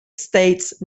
states